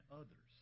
others